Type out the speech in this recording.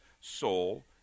soul